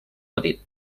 petit